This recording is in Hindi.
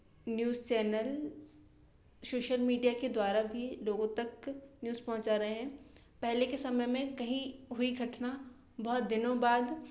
न्यूज़ चैनल सोसल मीडिया के द्वारा भी लोगों तक न्यूज़ पहुँचा रहे हैं पहले के समय में कहीं हुई घटना बहुत दिनों बाद